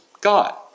God